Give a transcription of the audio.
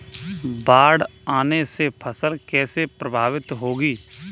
बाढ़ आने से फसल कैसे प्रभावित होगी?